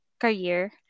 career